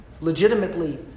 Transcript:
legitimately